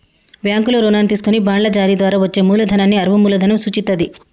బ్యాంకుల్లో రుణాలు తీసుకొని బాండ్ల జారీ ద్వారా వచ్చే మూలధనాన్ని అరువు మూలధనం సూచిత్తది